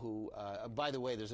who by the way there's